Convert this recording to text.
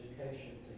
education